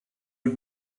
are